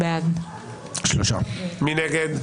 מי נגד?